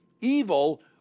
evil